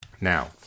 Now